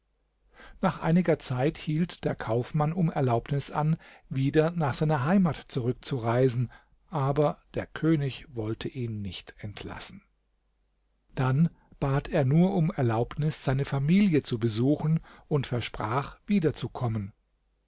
nach einiger zeit hielt der kaufmann um erlaubnis an wieder nach seiner heimat zurückzureisen aber der könig wollte ihn nicht entlassen dann bat er nur um erlaubnis seine familie zu besuchen und versprach wiederzukommen